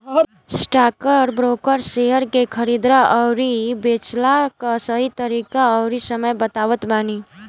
stockbroker share के खरीदला अउरी बेचला कअ सही तरीका अउरी समय बतावत बाने